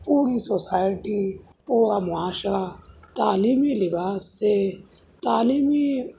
پوری سوسائٹی پورا معاشرہ تعلیمی لباس سے تعلیمی